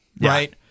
right